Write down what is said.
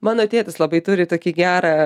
mano tėtis labai turi tokį gerą